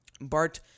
Bart